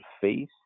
face